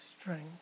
strength